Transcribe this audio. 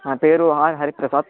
నా పేరు ఆర్ హరిప్రతాప్